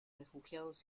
refugiados